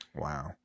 Wow